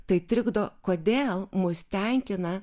tai trikdo kodėl mus tenkina